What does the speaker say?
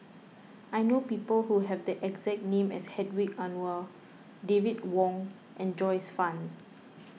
I know people who have the exact name as Hedwig Anuar David Wong and Joyce Fan